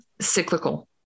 cyclical